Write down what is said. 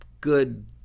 good